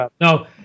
no